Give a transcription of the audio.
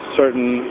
certain